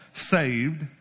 saved